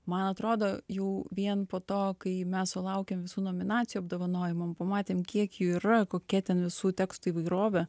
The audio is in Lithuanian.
man atrodo jau vien po to kai mes sulaukėm visų nominacijų apdovanojimams pamatėm kiek jų yra kokie ten visų tekstų įvairovė